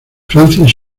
francis